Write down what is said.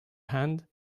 hand